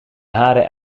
haren